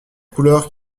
couleur